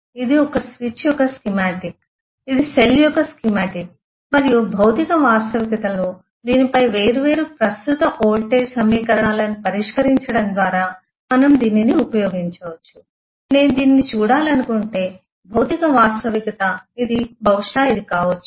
ఇది ఒక స్విచ్ యొక్క స్కీమాటిక్ ఇది సెల్ యొక్క స్కీమాటిక్ మరియు భౌతిక వాస్తవికతలో దీనిపై వేర్వేరు ప్రస్తుత వోల్టేజ్ సమీకరణాలను పరిష్కరించడం ద్వారా మనం దీనిని ఉపయోగించవచ్చు నేను దీనిని చూడాలనుకుంటే భౌతిక వాస్తవికత ఇది బహుశా ఇది కావచ్చు